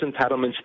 entitlements